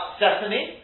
sesame